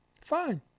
fine